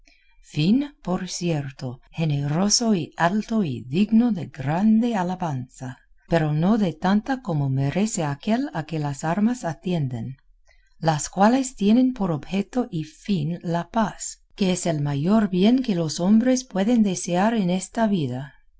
fin por cierto generoso y alto y digno de grande alabanza pero no de tanta como merece aquel a que las armas atienden las cuales tienen por objeto y fin la paz que es el mayor bien que los hombres pueden desear en esta vida